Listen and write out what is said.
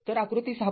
तरआकृती ६